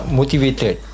motivated